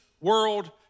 world